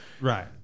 Right